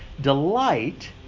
delight